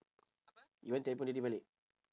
erwan telephone daddy balik